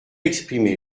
exprimé